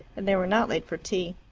and they were not late for tea.